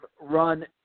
run